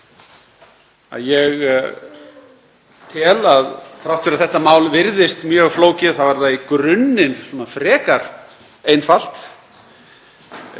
að ég tel að þrátt fyrir að þetta mál virðist mjög flókið þá er það í grunninn frekar einfalt.